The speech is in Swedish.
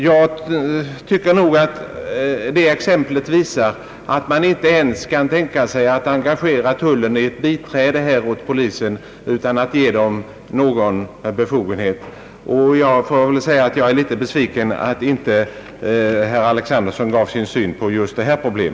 Jag tycker att detta exempel visar att man inte kan tänka sig att engagera tullen ens som biträde åt polisen utan att ge tullen någon befogenhet i detta sammanhang. Jag är litet besviken över att herr Alexanderson inte gav sin syn på just detta problem.